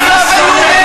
מפיצים שקרים על צה"ל,